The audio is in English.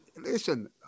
listen